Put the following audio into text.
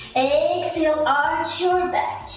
exhale arch your back